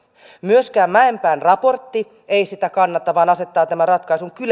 myöskään mäenpään raportti ei sitä kannata vaan asettaa tämän ratkaisun